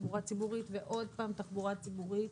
תחבורה ציבורית ועוד פעם תחבורה ציבורית,